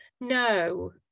No